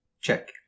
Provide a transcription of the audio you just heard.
Check